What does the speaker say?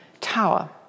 Tower